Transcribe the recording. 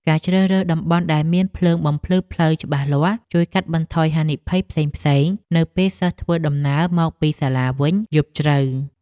ការជ្រើសរើសតំបន់ដែលមានភ្លើងបំភ្លឺផ្លូវច្បាស់លាស់ជួយកាត់បន្ថយហានិភ័យផ្សេងៗនៅពេលសិស្សធ្វើដំណើរមកពីសាលាវិញយប់ជ្រៅ។